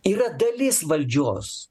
yra dalis valdžios